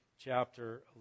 chapter